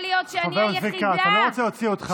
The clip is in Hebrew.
חבר הכנסת כץ, אני לא רוצה להוציא אותך.